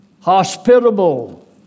hospitable